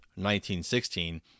1916